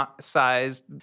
sized